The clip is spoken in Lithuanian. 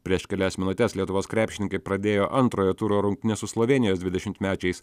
prieš kelias minutes lietuvos krepšininkai pradėjo antrojo turo rungtynes su slovėnijos dvidešimtmečiais